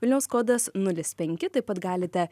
vilniaus kodas nulis penki taip pat galite